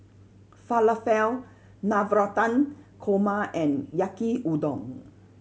Falafel Navratan Korma and Yaki Udon